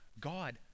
God